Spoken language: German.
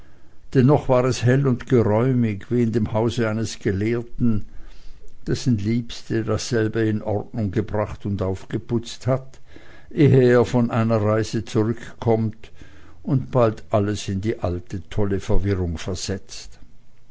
noch war es hell und geräumig wie in dem hause eines gelehrten dessen liebste dasselbe in ordnung gebracht und aufgeputzt hat ehe er von einer reise zurück kommt und bald alles in die alte tolle verwirrung versetzt